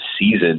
season